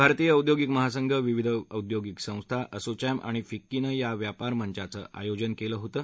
भारतीय औद्योगिक महासंघ विविध औद्योगिक संस्था असोचॅम आणि फिक्कीनं या व्यापार मंचाचं आयोजन केलं होतं